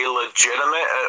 legitimate